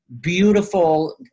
beautiful